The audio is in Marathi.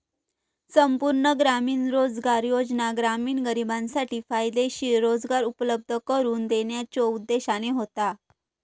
संपूर्ण ग्रामीण रोजगार योजना ग्रामीण गरिबांसाठी फायदेशीर रोजगार उपलब्ध करून देण्याच्यो उद्देशाने होता